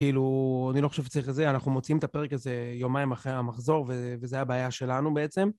כאילו אני לא חושב שצריך את זה, אנחנו מוציאים את הפרק הזה יומיים אחרי המחזור וזה הבעיה שלנו בעצם